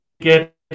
get